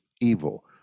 evil